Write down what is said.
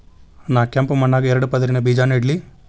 ನಾ ಕೆಂಪ್ ಮಣ್ಣಾಗ ಎರಡು ಪದರಿನ ಬೇಜಾ ನೆಡ್ಲಿ?